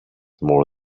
more